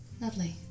Lovely